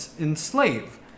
enslave